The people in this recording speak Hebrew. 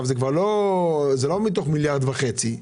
זה כבר לא מתוך מיליארד וחצי שקלים.